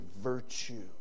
virtue